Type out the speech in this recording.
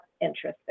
interesting